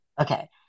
okay